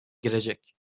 girecek